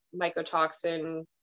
mycotoxin